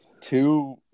Two